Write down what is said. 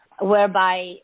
whereby